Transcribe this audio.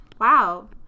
Wow